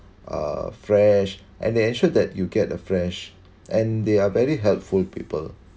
uh fresh and they ensured that you get a fresh and they are very helpful people